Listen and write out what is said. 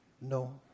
no